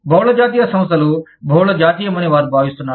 బహుళ జాతీయ సంస్థలు బహుళ జాతీయమని వారు భావిస్తున్నారు